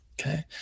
okay